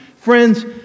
Friends